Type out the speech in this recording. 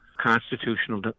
constitutional